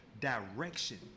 direction